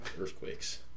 earthquakes